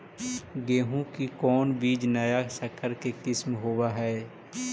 गेहू की कोन बीज नया सकर के किस्म होब हय?